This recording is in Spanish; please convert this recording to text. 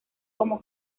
como